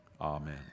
amen